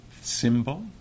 symbol